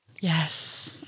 Yes